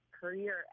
career